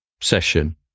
session